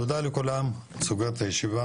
תודה לכולם, אני נועל את הישיבה.